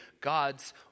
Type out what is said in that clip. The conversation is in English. God's